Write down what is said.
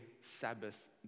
Sabbath